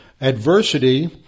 adversity